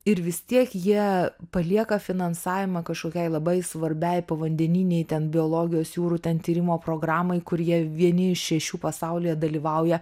ir vis tiek jie palieka finansavimą kažkokiai labai svarbiai povandeninei ten biologijos jūrų ten tyrimo programai kur jie vieni iš šešių pasaulyje dalyvauja